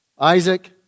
Isaac